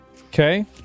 Okay